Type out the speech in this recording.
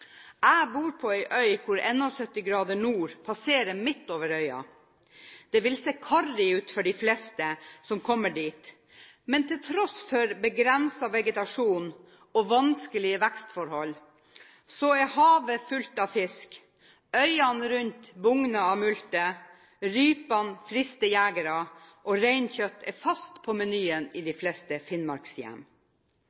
Jeg bor på ei øy hvor 71o nord passerer midt over øya. Det vil se karrig ut for de fleste som kommer dit, men til tross for begrenset vegetasjon og vanskelige vekstforhold er havet fullt av fisk, øyene rundt bugner av multer, rypene frister jegere, og reinkjøtt er fast på menyen i de